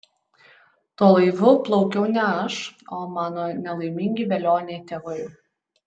tuo laivu plaukiau ne aš o mano nelaimingi velioniai tėvai